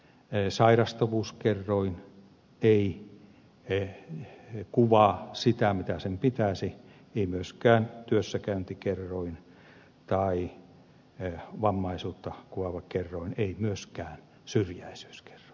esimerkiksi sairastavuuskerroin ei kuvaa sitä mitä sen pitäisi ei myöskään työssäkäyntikerroin tai vammaisuutta kuvaava kerroin ei myöskään syrjäisyyskerroin